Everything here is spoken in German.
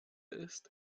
ist